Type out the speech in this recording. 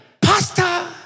Pasta